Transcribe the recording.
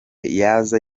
yaza